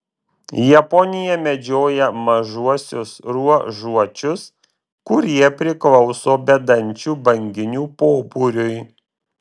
japonija medžioja mažuosiuos ruožuočius kurie priklauso bedančių banginių pobūriui